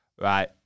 right